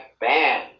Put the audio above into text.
ban